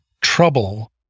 trouble